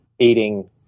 aiding